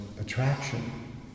attraction